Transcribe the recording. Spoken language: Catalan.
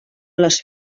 les